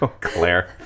Claire